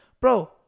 bro